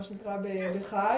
מה שנקרא בחי,